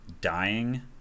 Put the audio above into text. dying